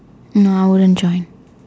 no I wouldn't join